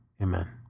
Amen